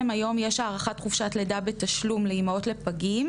היום יש הארכת חופשת לידה בתשלום לאמהות לפגים,